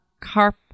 Carp